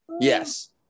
yes